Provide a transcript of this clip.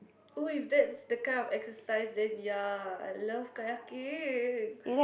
oh if that's the kind of exercise then ya I love kayaking